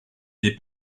des